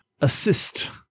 assist